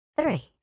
three